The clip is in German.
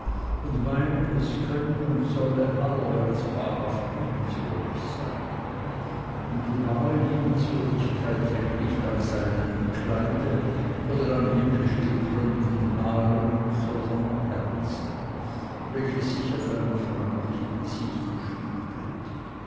und meinen es könne und solle allerwärts wahrhaft liebenswürdig sein denn die wahre liebenswürdigkeit hängt nicht am seidenen kleide oder an himmlisch gekämmten haaren sondern am herzen welches sich auf einem freundlichen gesichte spiegelt